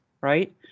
right